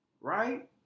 right